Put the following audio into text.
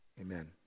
Amen